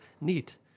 neat